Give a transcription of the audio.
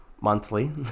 monthly